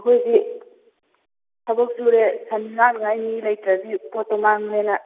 ꯑꯩꯈꯣꯏꯗꯤ ꯊꯕꯛ ꯁꯨꯔꯦ ꯁꯟ ꯉꯥꯛꯅꯤꯉꯥꯏ ꯃꯤ ꯂꯩꯇ꯭ꯔꯗꯤ ꯄꯣꯠꯇꯣ ꯃꯥꯡꯉꯦꯅ